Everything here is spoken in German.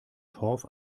torf